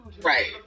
right